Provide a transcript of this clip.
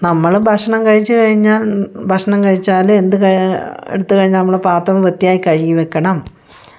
നമ്മള് ഭക്ഷണം കഴിച്ച് കഴിഞ്ഞാൽ ഭക്ഷണം കഴിച്ചാല് എന്ത് എടുത്ത് കഴിഞ്ഞാലും നമ്മള് പാത്രം വൃത്തിയായി കഴുകിവെക്കണം